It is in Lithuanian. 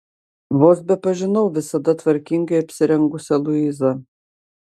vos bepažinau visada tvarkingai apsirengusią luizą